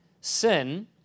sin